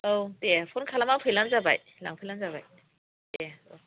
औ दे फ'न खालामनानै फैब्लानो जाबाय लांफैब्लानो जाबाय दे औ